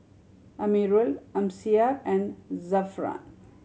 Amirul Amsyar and Zafran